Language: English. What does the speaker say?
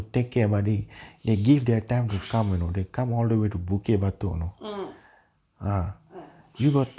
mm mm